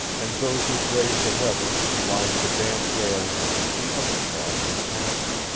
and those who braved the weather and lined the damp rail could see other craft in passing.